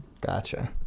gotcha